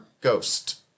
ghost